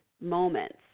moments